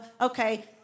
okay